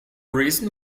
reason